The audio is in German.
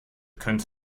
könnte